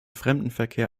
fremdenverkehr